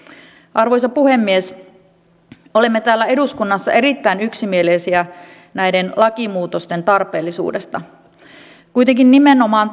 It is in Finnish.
arvoisa puhemies olemme täällä eduskunnassa erittäin yksimielisiä näiden lakimuutosten tarpeellisuudesta kuitenkin nimenomaan